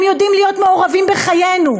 הם יודעים להיות מעורבים בחיינו,